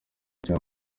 ukina